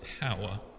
power